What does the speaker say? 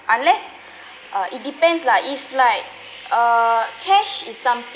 unless uh it depends lah if like uh cash is something